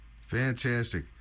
Fantastic